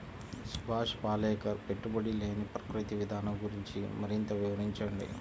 సుభాష్ పాలేకర్ పెట్టుబడి లేని ప్రకృతి విధానం గురించి మరింత వివరించండి